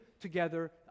together